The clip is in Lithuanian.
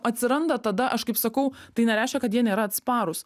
atsiranda tada aš kaip sakau tai nereiškia kad jie nėra atsparūs